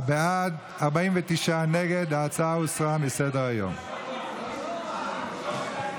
ההצעה להעביר לוועדה